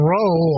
Roll